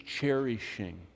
cherishing